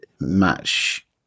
match